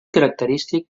característic